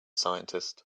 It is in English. scientist